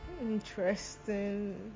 interesting